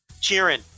cheering